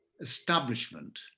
establishment